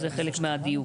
זה חלק מהדיוק.